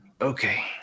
Okay